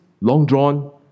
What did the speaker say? long-drawn